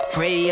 Pray